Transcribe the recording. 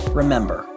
remember